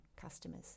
customers